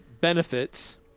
benefits